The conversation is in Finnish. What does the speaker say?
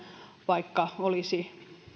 vaikka olisi